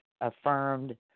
affirmed